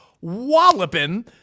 walloping